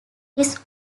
his